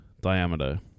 Diameter